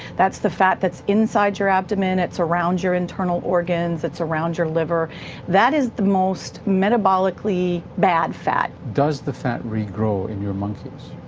that's the fat that's inside your abdomen, it's around your internal organs, it's around your liver that is the most metabolically bad fat. does the fat regrow in your monkeys?